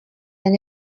than